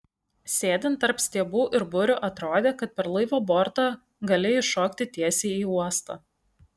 sėdint tarp stiebų ir burių atrodė kad per laivo bortą gali iššokti tiesiai į uostą